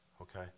Okay